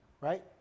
right